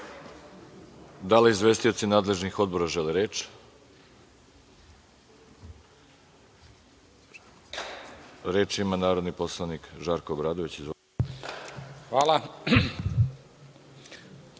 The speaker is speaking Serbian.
li izvestioci nadležnih odbora žele reč? Reč ima narodni poslanik Žarko Obradović. Izvolite.